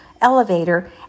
elevator